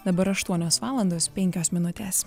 dabar aštuonios valandos penkios minutės